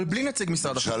אבל בלי נציג משרד החקלאות.